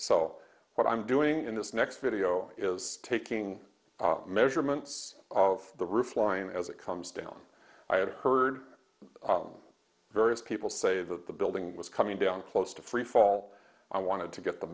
so what i'm doing in this next video is taking measurements of the roof line as it comes down i have heard various people say that the building was coming down close to free fall i wanted to get the